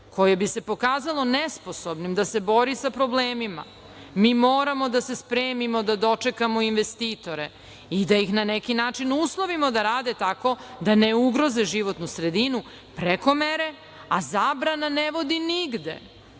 koje bi se pokazalo nesposobnim da se bori sa problemima. Mi moramo da se spremimo da dočekamo investitore i da ih na neki način uslovimo da rade tako da ne ugroze životnu sredinu preko mere, a zabrana ne vodi nigde.